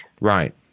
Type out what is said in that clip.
Right